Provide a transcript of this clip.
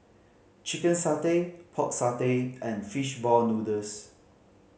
chicken satay Pork Satay and fish ball noodles